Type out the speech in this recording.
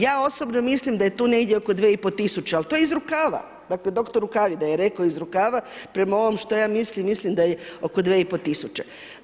Ja osobno mislim da je tu negdje oko 2500, ali to je iz rukava, dakle doktor Rukavina je rekao iz rukava prema ovom što ja mislim, mislim da je oko 2500.